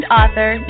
author